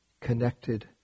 connected